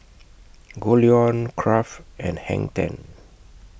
Goldlion Kraft and Hang ten